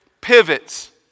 pivots